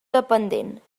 dependent